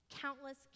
Countless